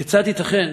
כיצד ייתכן